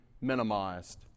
minimized